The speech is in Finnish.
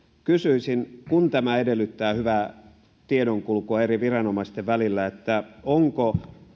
kysyisin kun tämä edellyttää hyvää tiedonkulkua eri viranomaisten välillä ovatko